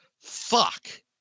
Fuck